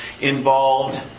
involved